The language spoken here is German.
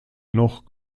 noch